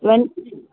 வன்